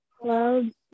clouds